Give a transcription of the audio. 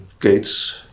Gates